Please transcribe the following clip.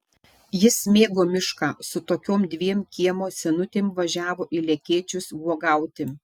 jis mėgo mišką su tokiom dviem kiemo senutėm važiavo į lekėčius uogauti